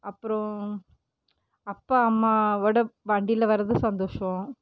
அப்பறம் அப்பா அம்மாவோட வண்டியில் வரது சந்தோஷம்